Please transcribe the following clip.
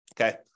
okay